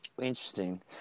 Interesting